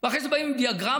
ואחרי זה באים עם דיאגרמות,